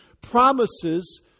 Promises